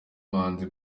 bahanzi